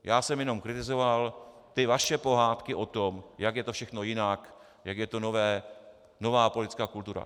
Já jsem jenom kritizoval ty vaše pohádky o tom, jak je to všechno jinak, jak je to nové, nová politická kultura.